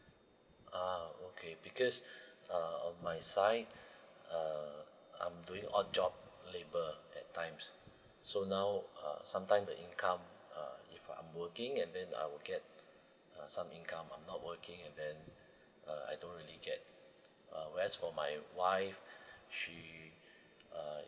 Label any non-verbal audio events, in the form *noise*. ah okay because *breath* uh my side uh I'm doing odd job labour at times so now uh sometimes the income uh if I'm working and then I'll get uh some income I'm not working and then uh I don't really get uh whereas for my wife she uh